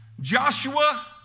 Joshua